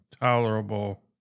tolerable